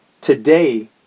Today